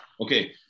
Okay